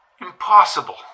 Impossible